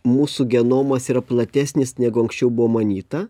mūsų genomas yra platesnis negu anksčiau buvo manyta